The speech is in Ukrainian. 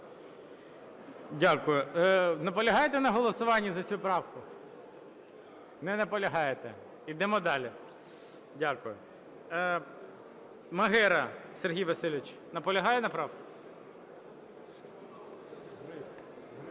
Дякую. Наполягаєте на голосуванні за цю правку? Не наполягаєте. Йдемо далі. Дякую. Магера Сергій Васильович. Наполягає на правках? На